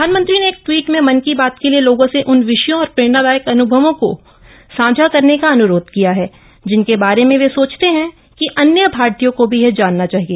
प्रधाममंत्री ने एक ट्वीट में मन की बाप्त के लिए लोगों से उन विषयों और प्रेरणाद्वायक अन्भवों को साझा करने का अन्रोध किया है जिनके बारे में वे सोचते हैं कि अन्य भारतीयों को भी यह जामना चाहिए